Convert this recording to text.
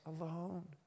alone